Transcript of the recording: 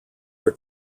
are